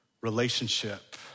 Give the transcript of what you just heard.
relationship